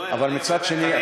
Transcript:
אבל מצד שני,